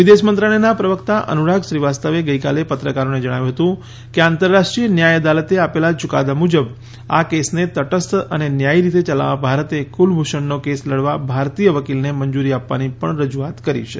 વિદેશ મંત્રાલયના પ્રવક્તા અનુરાગ શ્રીવાસ્તવે ગઈકાલે પત્રકારોને જણાવ્યું હતું કે આંતરરાષ્ટ્રીય ન્યાય અદાલતે આપેલા યૂકાદા મુજબ આ કેસને તટસ્થ અને ન્યાયી રીતે યલાવવા ભારતે કુલભૂષણનો કેસ લડવા ભારતીય વકીલને મંજૂરી આપવાની પણ રજુઆત કરી છે